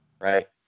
right